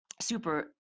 super